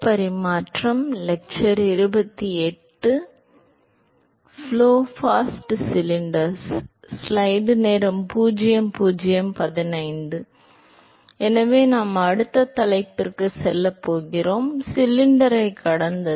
flow past cylinders எனவே நாம் அடுத்த தலைப்புக்கு செல்லப் போகிறோம் சிலிண்டரை கடந்தது